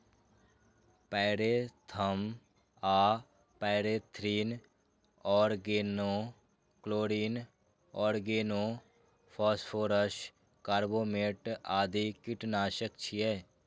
pyrethrum आ pyrethrin, organochlorine, organophosphorus, carbamate आदि कीटनाशक छियै